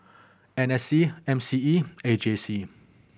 N S C M C E and A J C